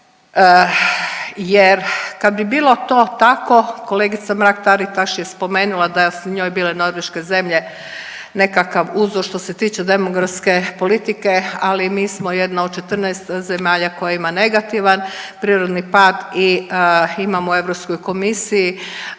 Jer kad bi bilo to tako kolegica Mrak-Taritaš je spomenula da su njoj bile norveške zemlje nekakav uzor što se tiče demografske politike. Ali mi smo jedna od 14 zemalja koja ima negativan prirodni pad i imamo u Europskoj komisiji